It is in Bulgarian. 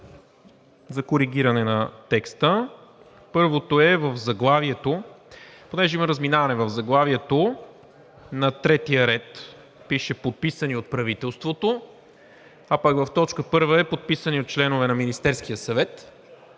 за коригиране на текста. Първото е в заглавието, тъй като има разминаване в заглавието на третия ред пише: „подписани от правителството“, а в т. 1 е: „подписани от членове на Министерския съвет“.